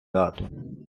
дату